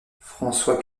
françois